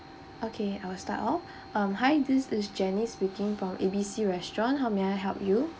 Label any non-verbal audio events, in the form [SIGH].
okay I will start off [BREATH] um hi this is janice speaking from A B C restaurant how may I help you